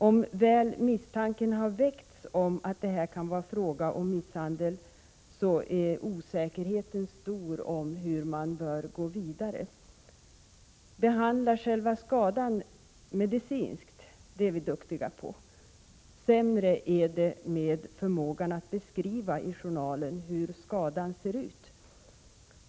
Om misstanken väl har väckts att det här kan vara fråga om misshandel är osäkerheten stor om hur man bör gå vidare. Behandla själva skadan medicinskt är vi duktiga på, däremot är det sämre med förmågan att i journalen beskriva hur skadan ser ut.